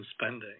spending